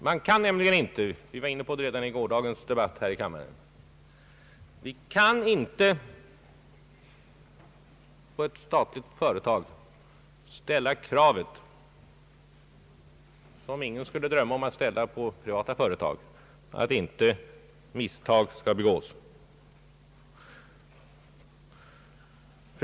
Man kan nämligen inte — vi var redan inne på detta under gårdagens debatt här i kammaren — på ett statligt företag ställa krav som ingen skulle drömma om att ställa på ett privat företag, nämligen att misstag inte skall begås.